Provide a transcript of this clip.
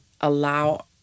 allow